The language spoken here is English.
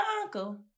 uncle